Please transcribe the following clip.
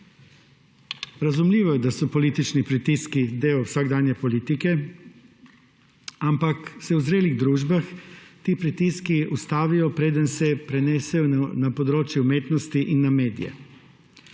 Razumljivo je, da so politični pritiski del vsakdanje politike, ampak se v zrelih družbah ti pritiski ustavijo, preden se prenesejo na področje umetnosti in na medije.